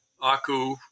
Aku